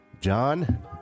John